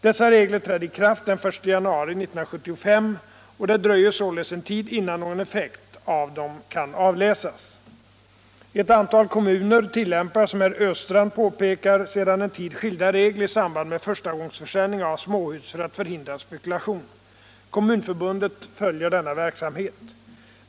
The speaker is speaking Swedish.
Dessa regler trädde i kraft den 1 januari 1975, och det dröjer således en tid innan någon effekt av dem kan avläsas. Ett antal kommuner tillämpar, som herr Östrand påpekar, sedan en tid skilda regler i samband med förstagångsförsäljning av småhus för 107 att förhindra spekulation. Kommunförbundet följer denna verksamhet.